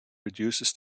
reduces